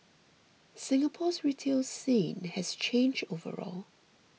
Singapore's retail scene has changed overall